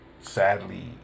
sadly